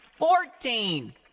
Fourteen